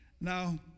Now